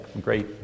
great